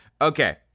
Okay